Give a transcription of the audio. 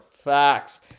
facts